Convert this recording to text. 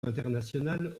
international